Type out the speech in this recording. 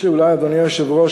אדוני היושב-ראש,